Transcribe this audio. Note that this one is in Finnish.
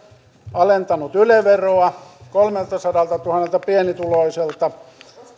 alentanut yle veroa kolmeltasadaltatuhannelta pienituloiselta